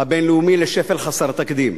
הבין-לאומי לשפל חסר תקדים,